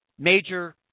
Major